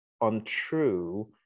untrue